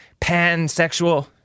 pansexual